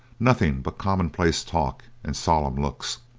nothing but commonplace talk and solemn looks.